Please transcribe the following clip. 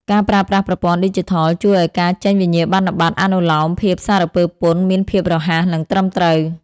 ការប្រើប្រាស់ប្រព័ន្ធឌីជីថលជួយឱ្យការចេញវិញ្ញាបនបត្រអនុលោមភាពសារពើពន្ធមានភាពរហ័ស និងត្រឹមត្រូវ។